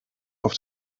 auf